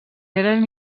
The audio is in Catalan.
eren